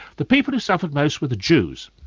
the people who suffered most were the jews.